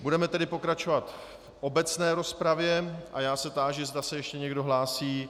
Budeme tedy pokračovat v obecné rozpravě a já se táži, zda se ještě někdo hlásí.